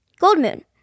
Goldmoon